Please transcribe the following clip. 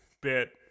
bit